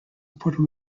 puerto